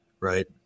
right